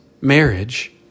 marriage